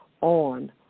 on